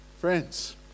Friends